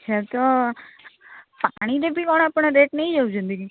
ଆଚ୍ଛା ତ ପାଣିରେ ବି କ'ଣ ଆପଣ ରେଟ୍ ନେଇଯାଉଛନ୍ତି କି